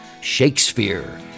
Shakespeare